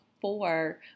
four